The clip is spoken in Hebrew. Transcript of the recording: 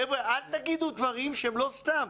חבר'ה, אל תגידו דברים סתם.